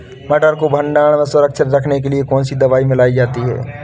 मटर को भंडारण में सुरक्षित रखने के लिए कौन सी दवा मिलाई जाती है?